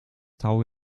tau